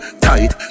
tight